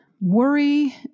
worry